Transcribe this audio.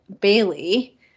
Bailey